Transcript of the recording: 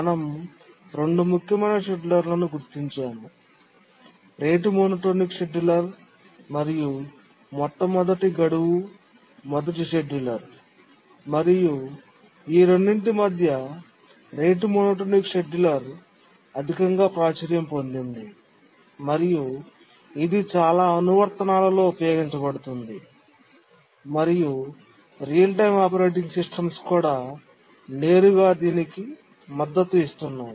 మనం రెండు ముఖ్యమైన షెడ్యూలర్లను గుర్తించాము రేటు మోనోటోనిక్ షెడ్యూలర్ మరియు మొట్టమొదటి గడువు మొదటి షెడ్యూలర్ మరియు ఈ రెండింటి మధ్య రేటు మోనోటోనిక్ షెడ్యూలర్ అధికంగా ప్రాచుర్యం పొందింది మరియు ఇది చాలా అనువర్తనాలలో ఉపయోగించబడుతుంది మరియు రియల్ టైమ్ ఆపరేటింగ్ సిస్టమ్స్ కూడా నేరుగా దీనికి మద్దతు ఇస్తుంది